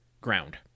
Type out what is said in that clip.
ground